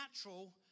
natural